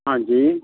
ਹਾਂਜੀ